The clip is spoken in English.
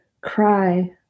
cry